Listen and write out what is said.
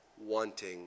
wanting